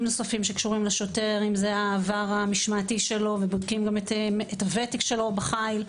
נוספים שקשורים לשוטר: העבר המשמעתי שלו ואת הוותק שלו בחיל,